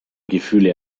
gefühle